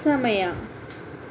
ಸಮಯ